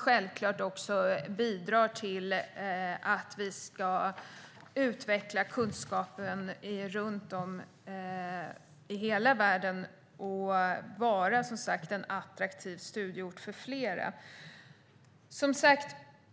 Självklart bidrar det också till en utveckling av kunskapen runt om i hela världen. Vi ska, som sagt, vara ett attraktivt land att studera i för flera.